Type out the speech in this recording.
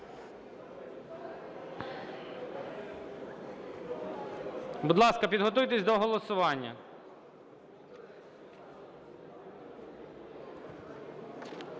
Будь ласка, підготуйтесь до голосування.